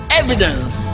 evidence